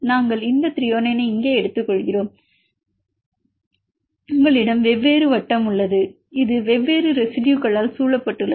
நாங்கள் இந்த Thr ஐ இங்கே எடுத்துக்கொள்கிறோம் உங்களிடம் வெவ்வேறு வட்டம் உள்ளது இது வெவ்வேறு ரெசிடுயுகளால் சூழப்பட்டுள்ளது